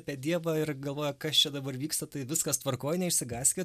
apie dievą ir galvoja kas čia dabar vyksta tai viskas tvarkoje neišsigąskit